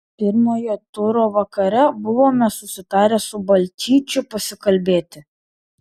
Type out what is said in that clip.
pirmojo turo vakare buvome susitarę su balčyčiu pasikalbėti